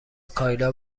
کایلا